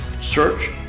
search